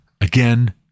again